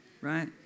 Right